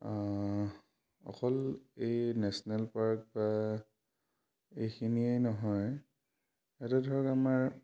অকল এই national park বা এইখিনিয়ে নহয় ইয়াতে ধৰক আমাৰ